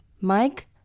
Mike